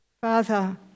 Father